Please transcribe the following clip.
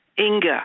Inga